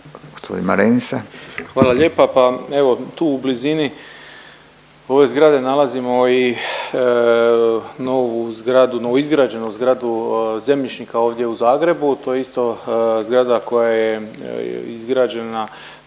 Hvala lijepa. Pa evo tu u blizini ove zgrade nalazimo i novu zgradu, novoizgrađenu zgradu zemljišnika ovdje u Zagrebu, to je isto zgrada koja je izgrađena